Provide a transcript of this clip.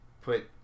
put